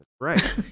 Right